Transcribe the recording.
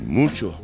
mucho